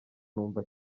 numva